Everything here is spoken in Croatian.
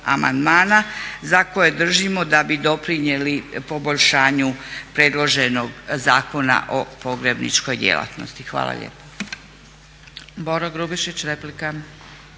za koje držimo da bi doprinijeli poboljšanju predloženog Zakona o pogrebničkoj djelatnosti. Hvala lijepo.